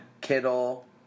Kittle